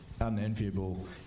unenviable